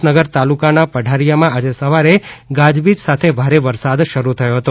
વિસનગર તાલુકાના પઢારિયામાં આજે સવારે ગાજવીજ સાથે ભારે વરસાદ શરૂ થયો હતો